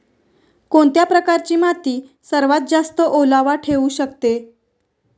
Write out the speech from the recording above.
कोणत्या प्रकारची माती सर्वात जास्त ओलावा ठेवू शकते?